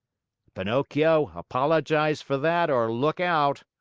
pinocchio, apologize for that, or look out!